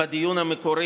גם בדיון המקורי,